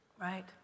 Right